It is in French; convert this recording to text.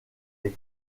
les